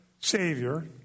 savior